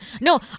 No